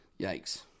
Yikes